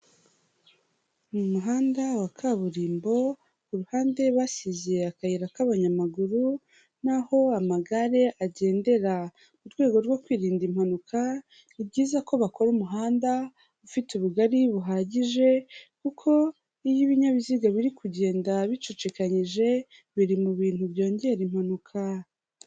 Mu muhanda wa kaburimbo, ku ruhande basize akayira k'abanyamaguru n'aho amagare agendera, mu rwego rwo kwirinda impanuka, ni byiza ko bakora umuhanda ufite ubugari buhagije kuko iyo ibinyabiziga biri kugenda bicucikanyije, biri mu bintu byongera impanuka.